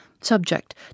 subject